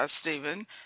Stephen